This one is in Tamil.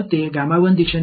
எனவே இந்த திசையில் உள்ளது